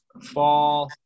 fall